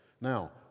Now